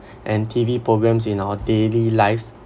and T_V programmes in our daily lives